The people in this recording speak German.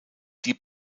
diese